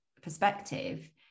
perspective